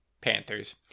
Panthers